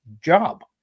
job